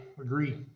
agree